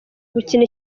gukina